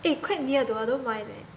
eh quite near though I don't mind leh